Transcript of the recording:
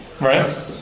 Right